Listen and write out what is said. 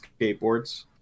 skateboards